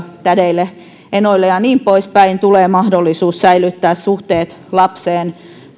tädeille enoille ja niin poispäin tulee mahdollisuus säilyttää suhteet lapseen